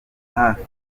hafi